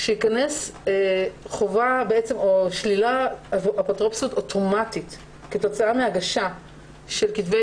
שתיכנס שלילת אפוטרופסות אוטומטית כתוצאה מהגשה של כתבי